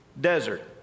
desert